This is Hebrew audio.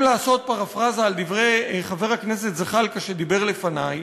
אם לעשות פרפראזה על דברי חבר הכנסת זחאלקה שדיבר לפני: